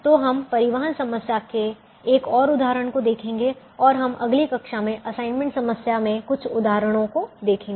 तो हम परिवहन समस्या के एक और उदाहरण को देखेंगे और हम अगली कक्षा में असाइनमेंट समस्या में कुछ उदाहरणों को देखेंगे